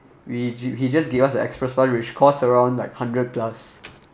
we he just gave us the express pass which costs around like hundred plus